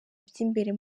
by’imbere